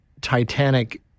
Titanic